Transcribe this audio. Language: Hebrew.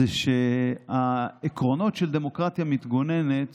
זה שהעקרונות של דמוקרטיה מתגוננת